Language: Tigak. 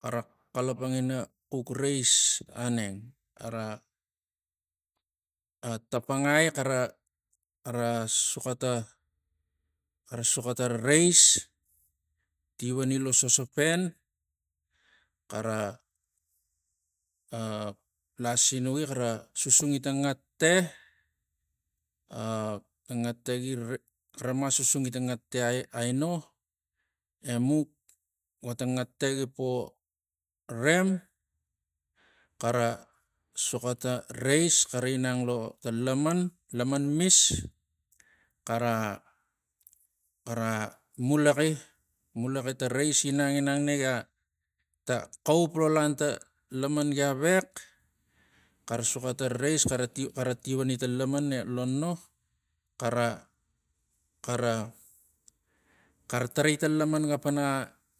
Xara xalapang ina xuk rais aneng ara a tapangai xara xara suxata xara suxa ta rais tivani lo sospen xara a lasinugi xara susungi ta ngata a ta ngata gi rem xara soxo ta rais xara inang lo ta laman laman mix xara xara mulaxi mulaxi ta rais ginang ginang ginangna ta xaup lo lanta laman gia vex xara xara xara tarai ta laman ga pana